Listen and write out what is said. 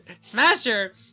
Smasher